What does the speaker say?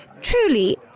truly